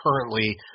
currently